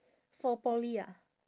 for poly ah